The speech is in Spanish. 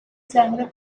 sangre